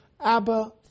Abba